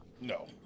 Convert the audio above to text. No